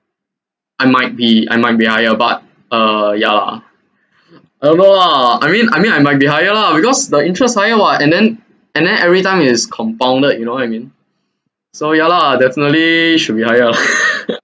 I might be I might be higher but uh ya lah uh no lah I mean I mean I might be higher lah because the interest higher what and then and then every time is compounded you know what I mean so ya lah definitely should be higher